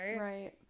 Right